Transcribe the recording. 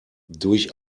durch